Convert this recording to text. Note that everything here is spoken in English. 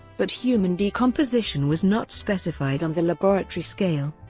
but human decomposition was not specified on the laboratory scale.